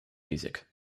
music